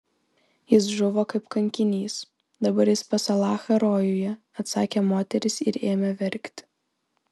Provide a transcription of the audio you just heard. jis žuvo kaip kankinys dabar jis pas alachą rojuje atsakė moteris ir ėmė verkti